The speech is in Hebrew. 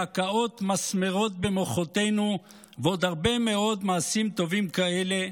בהכאות מסמרות במוחותינו ועוד הרבה מאוד מעשים טובים כאלה,